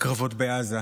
בקרבות בעזה.